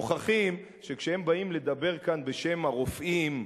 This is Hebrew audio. שכשהם באים לדבר כאן בשם הרופאים,